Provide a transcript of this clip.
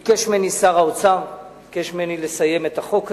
שר האוצר ביקש ממני לסיים את החוק הזה,